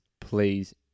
please